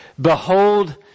Behold